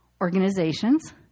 organizations